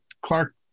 Clark